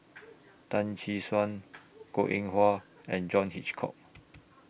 Tan Suan Goh Eng Wah and John Hitchcock